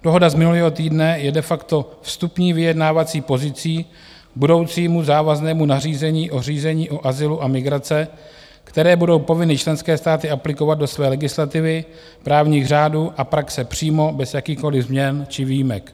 Dohoda z minulého týdne je de facto vstupní vyjednávací pozicí budoucímu závaznému nařízení o řízení o azylu a migraci, které budou povinny členské státy aplikovat do své legislativy, právních řádů a praxe přímo, bez jakýchkoliv změn či výjimek.